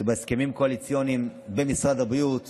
שבהסכמים קואליציוניים במשרד הבריאות